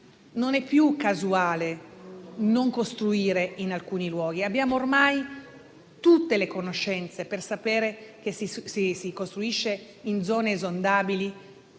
non è più casuale non costruire in alcuni luoghi. Abbiamo ormai tutte le conoscenze per sapere che, se si costruisce in zone esondabili,